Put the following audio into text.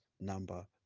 number